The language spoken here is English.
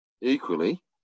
Equally